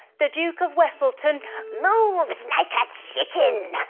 the duke of weselton moves like a chicken,